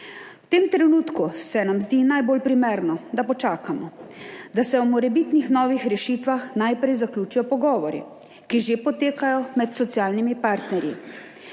V tem trenutku se nam zdi najbolj primerno, da počakamo, da se o morebitnih novih rešitvah najprej zaključijo pogovori, ki že potekajo med socialnimi partnerji.